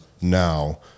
now